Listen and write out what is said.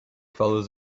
follows